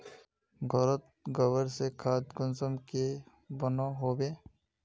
घोरोत गबर से खाद कुंसम के बनो होबे?